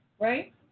Right